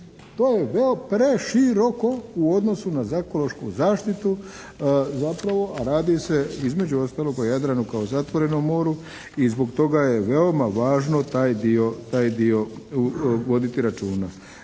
To je preširoko u odnosu na ekološku zaštitu zapravo, a radi se između ostalog o Jadranu kao zatvorenom moru i zbog toga je veoma važno taj dio voditi računa.